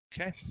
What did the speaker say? okay